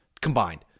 combined